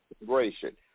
integration